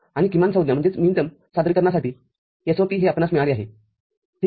आणि किमान संज्ञा सादरीकरणासाठी SOPहे आपणास मिळाले आहे